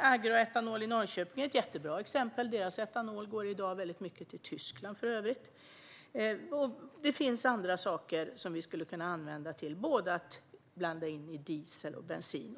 Agroetanol i Norrköping är ett jättebra exempel. Deras etanol går för övrigt i dag väldigt mycket till Tyskland. Det finns andra saker som vi skulle kunna använda till att blanda in i både diesel och bensin.